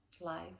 life